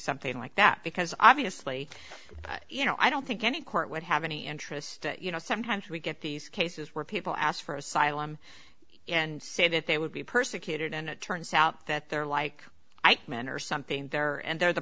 something like that because obviously you know i don't think any court would have any interest you know sometimes we get these cases where people ask for asylum and say that they would be persecuted and it turns out that they're like eichmann or something there and they're